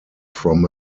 from